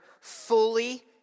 fully